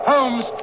Holmes